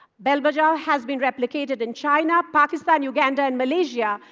bell bajao has been replicated in china, pakistan, uganda, and malaysia.